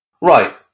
Right